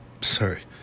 sorry